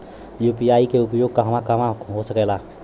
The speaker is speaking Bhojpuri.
यू.पी.आई के उपयोग कहवा कहवा हो सकेला?